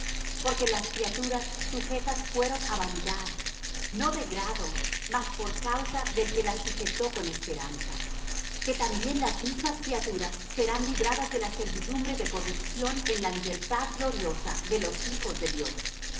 porque las criaturas sujetas fueron á vanidad no de grado mas por causa del que las sujetó con esperanza que también las mismas criaturas serán libradas de la servidumbre de corrupción en la libertad gloriosa de los hijos de dios